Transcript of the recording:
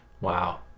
Wow